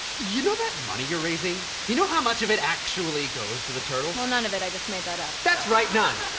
you know that money you're raising? you know, how much of it actually goes to the turtles? well, none of it. i just made that up. that's right none.